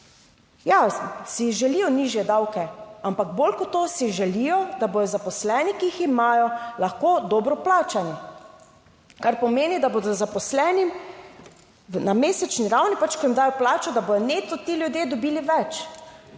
Ja, si želijo nižje davke, ampak bolj kot to si želijo, da bodo zaposleni, ki jih imajo, lahko dobro plačani, kar pomeni, da bodo zaposleni na mesečni ravni, pač ko jim dajo plačo, da bodo neto ti ljudje dobili več.